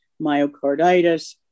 myocarditis